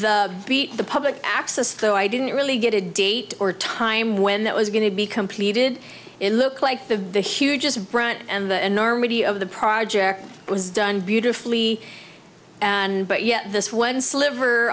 beat the public access so i didn't really get a date or time when that was going to be completed it looked like the brunt and the enormity of the project was done beautifully and but yet this one sliver